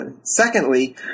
secondly